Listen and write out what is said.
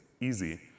easy